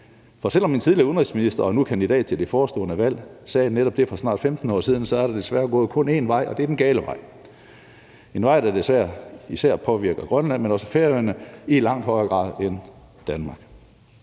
For selv om en tidligere udenrigsminister og nu kandidat til det forestående valg sagde netop det for snart 15 år siden, så er det desværre kun gået én vej, og det er den gale vej, og det er en vej, der desværre især påvirker Grønland, men også Færøerne i langt højere grad end Danmark.